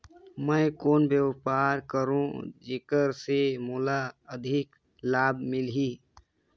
मैं कौन व्यापार करो जेकर से मोला अधिक लाभ मिलही?